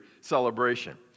celebration